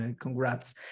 congrats